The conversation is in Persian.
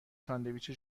ساندویچ